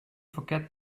forget